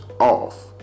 off